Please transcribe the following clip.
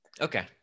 okay